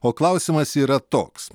o klausimas yra toks